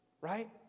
Right